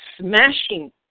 smashing